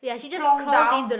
plonk down